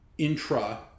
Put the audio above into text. intra